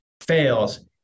fails